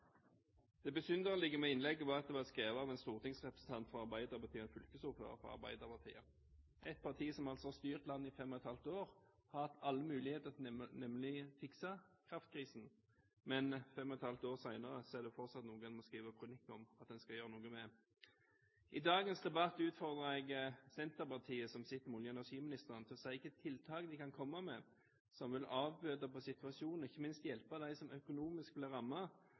Det besynderlige med innlegget var at det var skrevet av en stortingsrepresentant fra Arbeiderpartiet og en fylkesordfører fra Arbeiderpartiet – et parti som altså har styrt landet i fem og et halvt år og har hatt all mulighet til å fikse kraftkrisen. Men fem og et halvt år senere er det fortsatt noe en må skrive kronikk om for at man skal gjøre noe med det. I dagens debatt utfordrer jeg Senterpartiet, som sitter med olje- og energiministeren, til å si hvilke tiltak de kan komme med som vil bøte på situasjonen, og ikke minst hjelpe dem som økonomisk blir